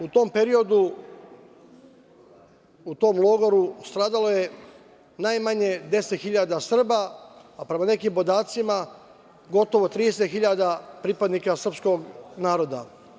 U tom periodu, u tom logoru, stradalo je najmanje 10.000 Srba, a prema nekim podacima gotovo 30.000 pripadnika srpskog naroda.